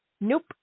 Nope